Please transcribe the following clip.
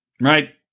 right